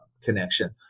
connection